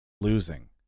losing